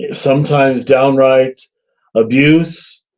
yeah sometimes downright abuse,